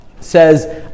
says